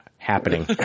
Happening